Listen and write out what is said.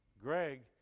Greg